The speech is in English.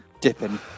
dipping